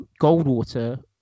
Goldwater